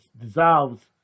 dissolves